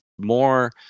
more